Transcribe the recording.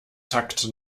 takt